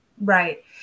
Right